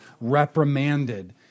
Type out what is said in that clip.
reprimanded